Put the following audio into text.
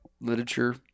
literature